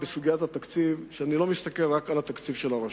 בסוגיית התקציב אני יכול לומר שאני לא מסתכל רק על התקציב של הרשות,